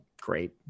great